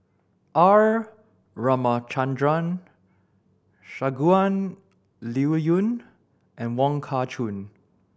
R Ramachandran Shangguan Liuyun and Wong Kah Chun